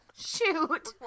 Shoot